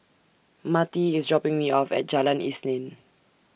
Matie IS dropping Me off At Jalan Isnin